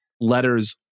letters